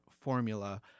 formula